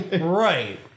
right